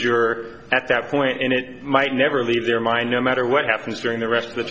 juror at that point and it might never leave their mind no matter what happens during the rest of the